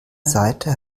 seite